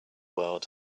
world